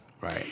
Right